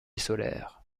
solaire